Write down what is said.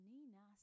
Nina